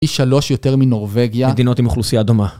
פי שלוש יותר מנורבגיה. מדינות עם אוכלוסייה דומה.